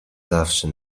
zawsze